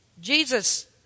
jesus